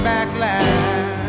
Backlash